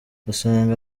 usanga